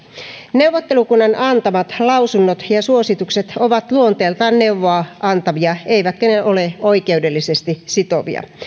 neuvottelukunnan antamat lausunnot ja suositukset ovat luonteeltaan neuvoa antavia eivätkä ne ole oikeudellisesti sitovia